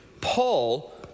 Paul